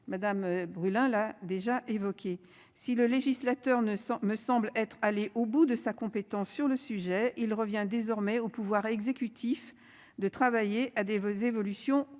madame brûlant là déjà évoqué. Si le législateur ne sont me semble être allé au bout de sa compétence sur le sujet. Il revient désormais au pouvoir exécutif de travailler à des voeux évolution concrètes